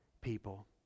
people